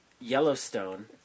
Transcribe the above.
Yellowstone